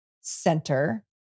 center